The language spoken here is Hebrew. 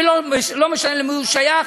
ולא משנה למי הוא שייך,